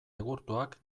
egurtuak